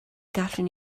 gallwn